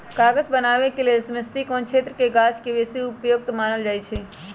कागज बनाबे के लेल समशीतोष्ण क्षेत्रके गाछके बेशी उपयुक्त मानल जाइ छइ